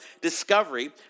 discovery